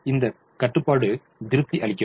எனவே இந்த கட்டுப்பாடு திருப்தி அளிக்கிறது